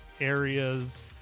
areas